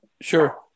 Sure